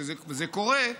כשזה קורה,